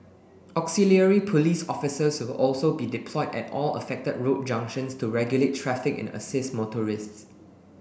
auxiliary police officers will also be deployed at all affected road junctions to regulate traffic and assist motorists